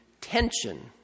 tension